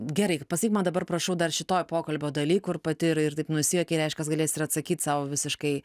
gerai pasakyk man dabar prašau dar šitoj pokalbio daly kur pati ir ir taip nusijuokei reiškias galėsi ir atsakyt sau visiškai